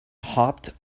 hopped